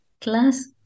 class